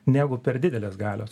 negu per didelės galios